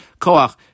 koach